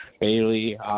Bailey